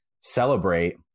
celebrate